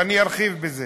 ואני ארחיב בזה.